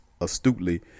astutely